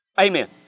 Amen